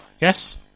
Yes